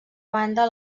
banda